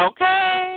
Okay